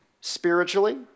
spiritually